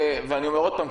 ואני אומר עוד פעם,